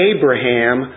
Abraham